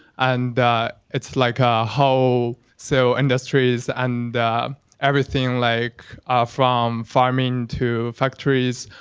and it's like, ah how so industries and everything like from farming to factories,